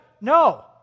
No